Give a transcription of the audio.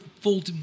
full